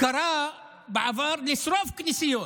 קרא בעבר לשרוף כנסיות.